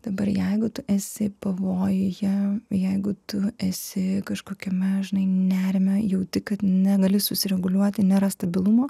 dabar jeigu tu esi pavojuje jeigu tu esi kažkokiame žinai nerime jauti kad negali susireguliuoti nėra stabilumo